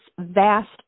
vast